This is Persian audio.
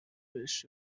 بهش